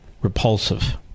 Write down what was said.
repulsive